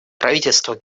правительство